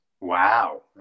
Wow